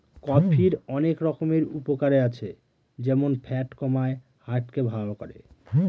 কফির অনেক রকমের উপকারে আছে যেমন ফ্যাট কমায়, হার্ট কে ভালো করে